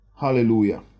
Hallelujah